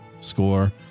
score